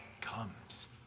comes